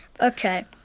Okay